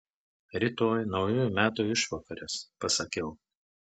rytoj naujųjų metų išvakarės pasakiau